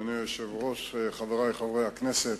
אדוני היושב-ראש, חברי חברי הכנסת,